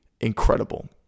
incredible